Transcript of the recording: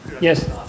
Yes